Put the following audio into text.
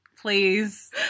please